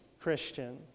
Christian